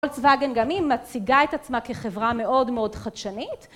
וולצוואגן גם היא מציגה את עצמה כחברה מאוד מאוד חדשנית